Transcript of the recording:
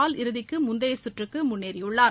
கால் இறுதிக்கு முந்தைய சுற்றுக்கு முன்னேறியுள்ளார்